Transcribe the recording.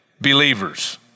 believers